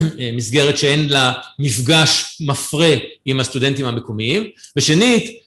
מסגרת שאין לה מפגש מפרה עם הסטודנטים המקומיים ושנית